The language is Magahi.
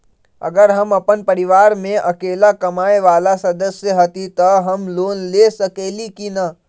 अगर हम अपन परिवार में अकेला कमाये वाला सदस्य हती त हम लोन ले सकेली की न?